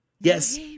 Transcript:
Yes